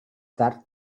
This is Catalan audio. tard